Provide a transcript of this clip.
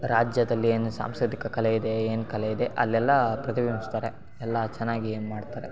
ರಾಜ್ಯದಲ್ಲಿ ಏನು ಸಾಂಸ್ಕೃತಿಕ ಕಲೆ ಇದೆ ಏನು ಕಲೆ ಇದೆ ಅಲ್ಲೆಲ್ಲ ಪ್ರತಿಬಿಂಬಿಸ್ತಾರೆ ಎಲ್ಲ ಚೆನ್ನಾಗಿ ಏನು ಮಾಡ್ತಾರೆ